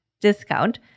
discount